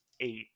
eight